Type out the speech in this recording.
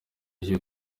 iyo